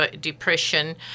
depression